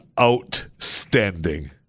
outstanding